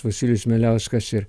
vasilijus mieliauskas ir